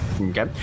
Okay